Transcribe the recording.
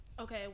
Okay